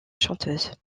chanteuse